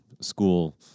school